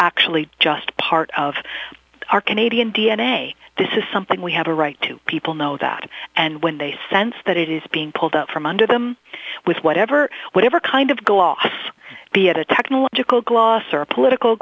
actually just part of our canadian d n a this is something we have a right to people know that and when they sense that it is being pulled out from under them with whatever whatever kind of gloss be it a technological gloss or a political